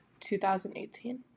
2018